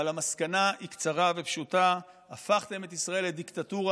אבל המסקנה היא קצרה ופשוטה: הפכתם את ישראל לדיקטטורה,